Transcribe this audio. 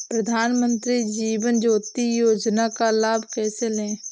प्रधानमंत्री जीवन ज्योति योजना का लाभ कैसे लें?